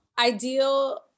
ideal